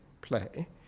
play